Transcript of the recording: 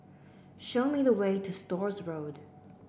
show me the way to Stores Road